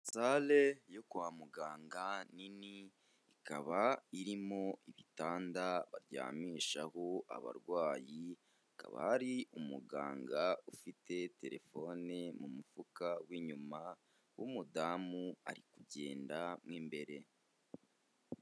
Sale yo kwa muganga nini ikaba irimo ibitanda baryamishaho abarwayi, hakaba hari umuganga ufite telefone mu mufuka w'inyuma w'umudamu ari kugenda mo imbere.